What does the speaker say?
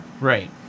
Right